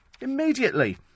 immediately